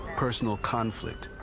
personal conflict,